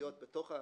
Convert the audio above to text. דתיות בתוך המיעוט,